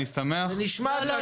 זה נשמע ככה.